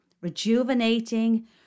rejuvenating